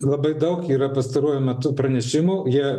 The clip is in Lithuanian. labai daug yra pastaruoju metu pranešimų jie